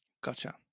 Gotcha